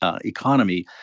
economy